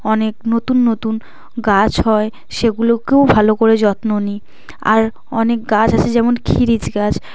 অনেক নতুন নতুন গাছ হয় সেগুলোকেও ভালো করে যত্ন নি আর অনেক গাছ আছে যেমন খিরিচ গাছ